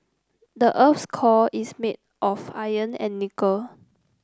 the earth's core is made of iron and nickel